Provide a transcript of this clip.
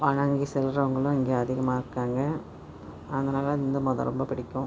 வணங்கி செல்றவங்களும் இங்கே அதிகமாக இருக்காங்க அதனால் இந்து மதம் ரொம்ப பிடிக்கும்